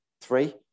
three